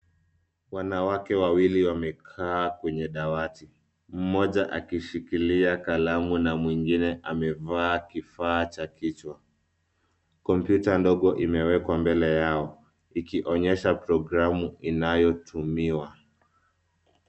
Wanawake wawili wamekaa kwenye dawati. Mmoja akishikilia kalamu na mwingine amevaa kifaa cha kichwa. Kompyuta ndogo imewekwa mbele yao ikionyesha programu inayotumiwa.